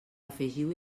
afegiu